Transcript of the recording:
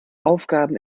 aufgaben